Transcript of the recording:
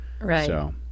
Right